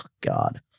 God